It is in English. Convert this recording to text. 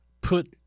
put